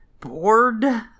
bored